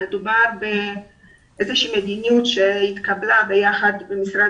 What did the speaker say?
מדובר באיזושהי מדיניות שהתקבלה במשרד